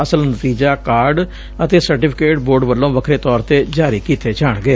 ਅਸਲ ਨਤੀਜਾ ਕਾਰਡ ਅਤੇ ਸਰਟੀਫਿਕੇਟ ਬੋਰਡ ਵੱਲੋ ਵੱਖਰੇ ਤੌਰ ਤੇ ਜਾਰੀ ਕੀਤੇ ਜਾਣਗੇ